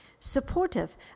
Supportive